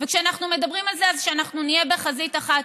וכשאנחנו מדברים על זה אז שאנחנו נהיה בחזית אחת,